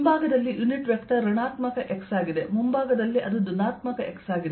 ಹಿಂಭಾಗದಲ್ಲಿ unit vector ಋಣಾತ್ಮಕ x ಆಗಿದೆ ಮುಂಭಾಗದಲ್ಲಿ ಅದು ಧನಾತ್ಮಕ x ಆಗಿದೆ